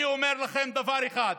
אני אומר לכם דבר אחד: